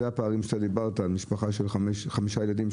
אלה הפערים כשאתה דיברת על משפחה של חמישה ילדים,